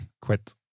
quit